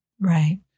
Right